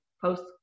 post